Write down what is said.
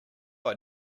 have